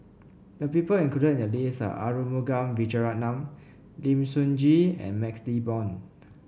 the people included in the list are Arumugam Vijiaratnam Lim Sun Gee and MaxLe Blond